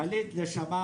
דלית נשמה,